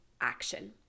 action